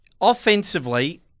offensively